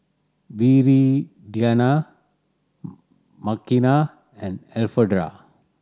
Viridiana Makena and Elfreda